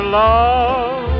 love